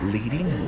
Leading